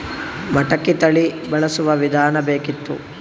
ಮಟಕಿ ತಳಿ ಬಳಸುವ ವಿಧಾನ ಬೇಕಿತ್ತು?